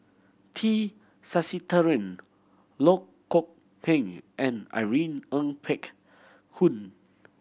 T Sasitharan Loh Kok Heng and Irene Ng Phek Hoong